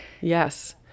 Yes